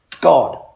God